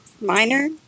minor